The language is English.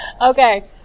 Okay